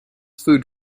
food